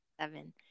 seven